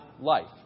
life